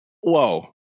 whoa